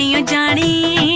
a yeah daddy.